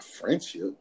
friendship